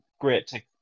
great